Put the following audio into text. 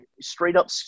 straight-up